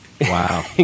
Wow